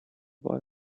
boy